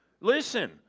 listen